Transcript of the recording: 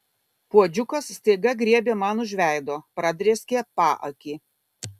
puodžiukas staiga griebė man už veido pradrėskė paakį